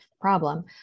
problem